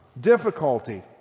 Difficulty